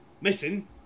missing